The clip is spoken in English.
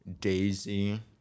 Daisy